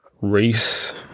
race